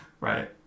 Right